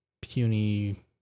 puny